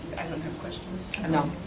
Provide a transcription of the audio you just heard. i don't have questions. no,